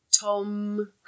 Tom